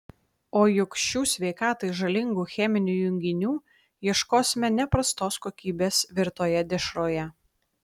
o juk šių sveikatai žalingų cheminių junginių ieškosime ne prastos kokybės virtoje dešroje